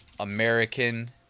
american